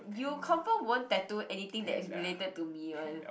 you confirm won't tattoo anything that is related to me [one]